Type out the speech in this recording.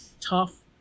tough